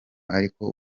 ariko